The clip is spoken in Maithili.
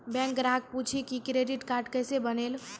बैंक ग्राहक पुछी की क्रेडिट कार्ड केसे बनेल?